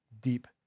deep